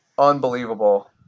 Unbelievable